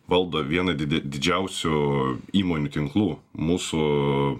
valdo vieną didi didžiausių įmonių tinklų mūsų